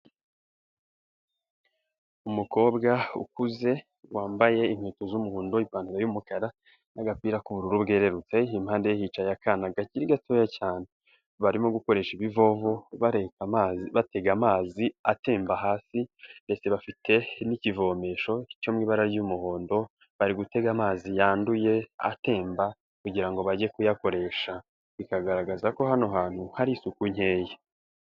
Umukobwa ukuze wambaye inkweto z'umuhondo, ipantaro y'umukara n'agapira k'ubururu bwerurutse, impandeye hicaye akana kagiri gatoya cyane, barimo gukoresha ibivovo batega amazi atemba hasi ndetse bafite n'ikivomesho cyo mu ibara ry'umuhondo, bari gutega amazi yanduye, atemba, kugira ngo bajye kuyakoresha bikagaragaza ko hano hantu hari isuku nkeya.